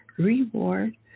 reward